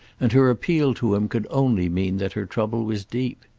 and her appeal to him could only mean that her trouble was deep.